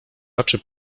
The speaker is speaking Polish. raczy